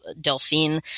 delphine